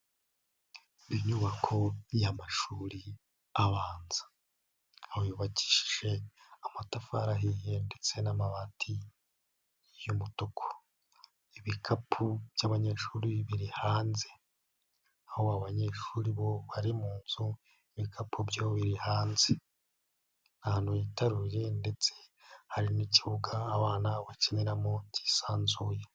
Inyubako y'amashuri abanza. Aho yubakishije amatafari ahiye, ndetse n'amabati y'umutuku. Ibikapu by'abanyeshuri biri hanze, aho abanyeshuri bo bari mu nzu, ibikapu byo biri hanze. Ahantu hitaruye ndetse hari n'ikibuga abana bakiniramo kisanzuye.